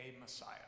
Messiah